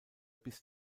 bis